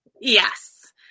Yes